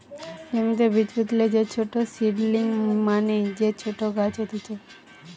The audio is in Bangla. জমিতে বীজ পুতলে যে ছোট সীডলিং মানে যে ছোট গাছ হতিছে